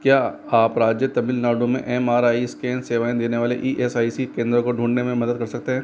क्या आप राज्य तमिलनाडु में एम आर आई स्कैन सेवाएँ देने वाले ई एस आई सी केंद्रों को ढूँढने में मदद कर सकते हैं